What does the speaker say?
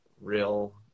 real